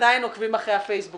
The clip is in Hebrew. תודה